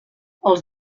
els